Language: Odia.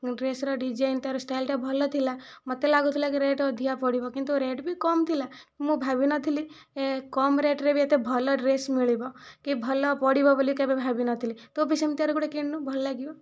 ଡ୍ରେସର ଡିଜାଇନ ତାର ଷ୍ଟାଇଲ ଟା ଭଲ ଥିଲା ମୋତେ ଲାଗୁଥିଲା କି ରେଟ ଅଧିକା ପଡ଼ିବ କିନ୍ତୁ ରେଟ ବି କମ ଥିଲା ମୁଁ ଭାବିନଥିଲି ଏ କମ ରେଟରେ ବି ଏତେ ଭଲ ଡ୍ରେସ ମିଳିବ କି ଭଲ ପଡ଼ିବ ବୋଲି କେବେ ଭାବିନଥିଲି ତୁ ବି ସେମିତିକାର ଗୋଟିଏ କିଣୁନୁ ଭଲ ଲାଗିବ